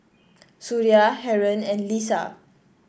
Suria Haron and Lisa